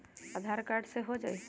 आधार card से हो जाइ?